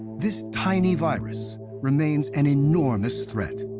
this tiny virus remains an enormous threat.